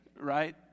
right